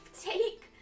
take